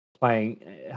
playing